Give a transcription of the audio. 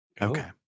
Okay